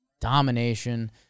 Domination